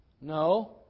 No